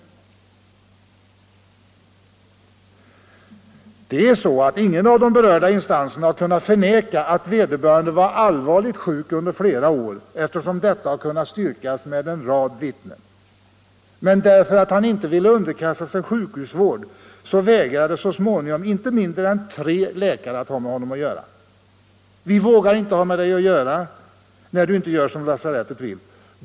Ingen av de berörda instanserna har kunnat förneka att vederbörande var allvarligt sjuk under flera år, eftersom detta kunnat styrkas av en rad vittnen. Men därför att han inte ville underkasta sig sjukhusvård vägrade så småningom inte mindre än tre läkare att ha med honom att göra. ”Vi vågar inte ha med dig att göra, när du inte gör som lasarettet vill.